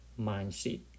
mindset